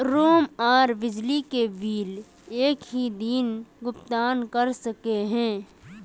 Room आर बिजली के बिल एक हि दिन भुगतान कर सके है?